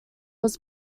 was